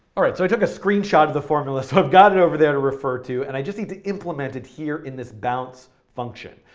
alright, so i took a screenshot of the formula, so i've got it over there to refer to, and i just need to implement it here in this bounce function.